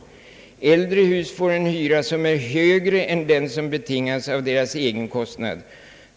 När denna möjlighet utnyttjas får äldre hus med en lägre produktionskostnad än de nya husen en högre hyra än den som betingas av deras egen kostnad.